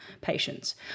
patients